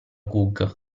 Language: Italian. gug